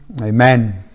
Amen